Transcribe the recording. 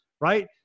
Right